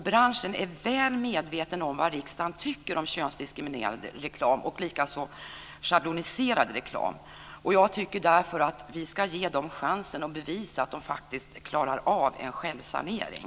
Branschen är väl medveten om vad riksdagen tycker om könsdiskriminerande och schabloniserad reklam. Jag tycker därför att vi ska ge branschen en chans att bevisa att man faktiskt klarar av en självsanering.